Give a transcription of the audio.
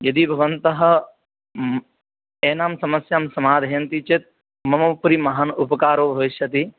यदि भवन्तः एनां समस्यां समाधयन्ति चेत् मम उपरि महान् उपकारो भविष्यति